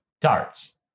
darts